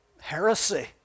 heresy